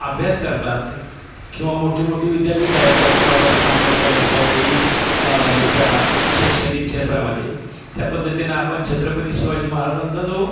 अभ्यास करतात किंवा मोठी मोठी विद्यापीठ आहेत डॉक्टर बाबासाहेब आंबेडकर यांच्याही याच्या शैक्षणिक क्षेत्रामध्ये त्या पद्धतीनं आपण छत्रपती शिवाजी महाराजांचा जो